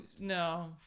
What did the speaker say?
No